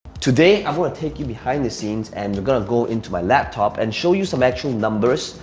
today, i'm gonna take you behind the scenes and we're gonna go into my laptop and show you some actual numbers.